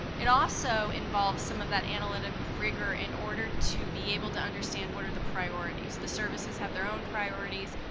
it also involves some of that analytic rigor in order to be able to understand what are the priorities? the services have their own priorities,